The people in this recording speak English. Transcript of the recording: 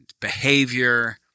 behavior